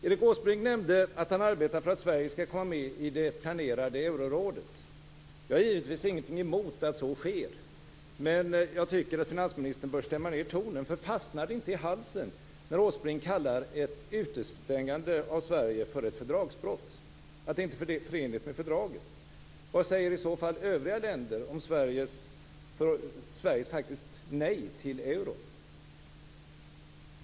Erik Åsbrink nämnde att han arbetar för att Sverige skall komma med i det planerade eurorådet. Jag har givetvis ingenting emot att så sker, men jag tycker att finansministern bör stämma ned tonen. Fastnar det inte i halsen när Åsbrink säger att ett utestängande av Sverige inte är förenligt med fördraget? Vad säger i så fall övriga länder om Sveriges nej till euron?